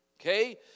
Okay